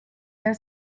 their